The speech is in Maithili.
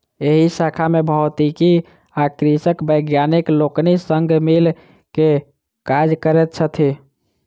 एहि शाखा मे भौतिकी आ कृषिक वैज्ञानिक लोकनि संग मिल क काज करैत छथि